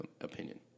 opinion